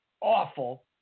awful